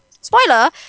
spoiler